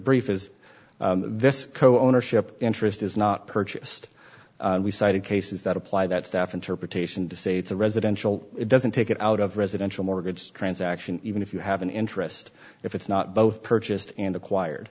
is this co ownership interest is not purchased and we cited cases that apply that staff interpretation to say it's a residential it doesn't take it out of residential mortgage transaction even if you have an interest if it's not both purchased and acquired